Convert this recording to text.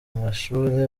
mashuri